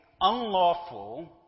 unlawful